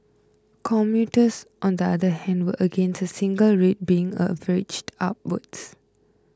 commuters on the other hand were against a single rate being averaged upwards